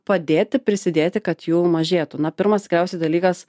padėti prisidėti kad jų mažėtų na pirmas tikriausiai dalykas